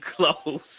close